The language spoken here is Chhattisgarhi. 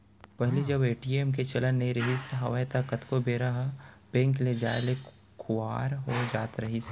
पहिली जब ए.टी.एम के चलन नइ रिहिस हवय ता कतको बेरा ह बेंक के जाय ले खुवार हो जात रहिस हे